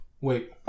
Wait